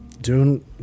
Dune